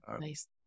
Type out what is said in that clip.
Nice